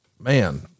man